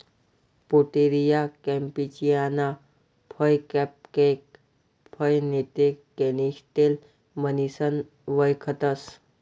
Pouteria कॅम्पेचियाना फय cupcake फय नैते कॅनिस्टेल म्हणीसन वयखतंस